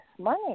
money